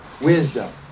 wisdom